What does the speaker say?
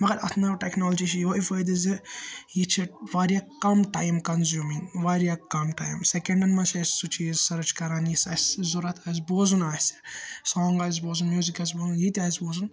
مَگَر اَتھ نٔو ٹیکنالجی چھِ وۅنۍ فٲیدٕ زِ یہِ چھِ وارِیاہ کَم ٹایم کَنٛزِیوٗمِنٛگ وارِیاہ کَم ٹایم سیکنٛڈَن منٛز چھِ أسۍ سُہ چیٖز سٔرٕچ کَران یِژھ اَسہِ ضروٗرت آسہِ بوزُن آسہِ سانٛگ آسہِ بوزُن میٛوٗزِک آسہِ بوزُن یِتہِ آسہِ بوٗزُن